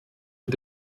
mit